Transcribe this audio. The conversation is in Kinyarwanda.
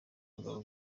ingabo